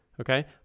Okay